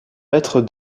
maître